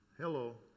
hello